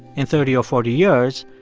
in thirty or forty years,